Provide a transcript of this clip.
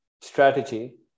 strategy